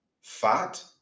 fat